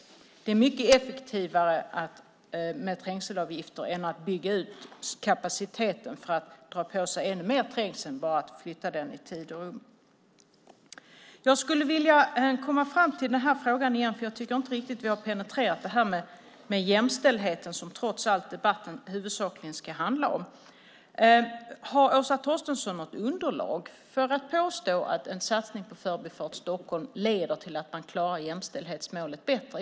Trängselavgifter är mycket effektivare än att bygga ut kapaciteten, som ju innebär att man drar på sig ännu mer trängsel, om än genom att flytta den i tid och rum. Jag tycker inte att vi riktigt penetrerat frågan om jämställdhet, som debatten ju i huvudsak ska handla om. Därför undrar jag om Åsa Torstensson har något underlag till påståendet att en satsning på Förbifart Stockholm leder till att man klarar jämställdhetsmålet bättre.